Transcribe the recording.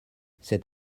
cet